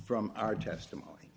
from our testimony